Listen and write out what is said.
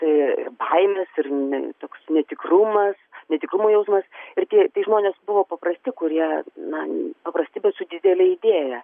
tai baimės ir ne toks netikrumas netikrumo jausmas ir tie tai žmonės buvo paprasti kurie na paprasti bet su didele idėja